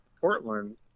Portland